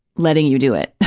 letting you do it.